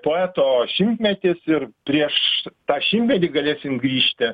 poeto šimtmetis ir prieš tą šimtmetį galėsim grįžti